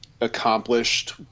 accomplished –